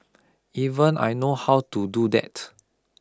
even I know how to do that